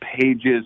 pages